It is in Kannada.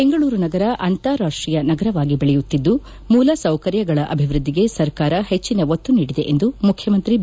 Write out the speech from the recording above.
ಬೆಂಗಳೂರು ನಗರ ಅಂತಾರಾಷ್ಟೀಯ ನಗರವಾಗಿ ಬೆಳೆಯುತ್ತಿದ್ದು ಮೂಲ ಸೌಕರ್ಯಗಳ ಅಭಿವೃದ್ದಿಗೆ ಸರ್ಕಾರ ಹೆಚ್ಚಿನ ಒತ್ತು ನೀಡಿದೆ ಎಂದು ಮುಖ್ಯಮಂತ್ರಿ ಬಿ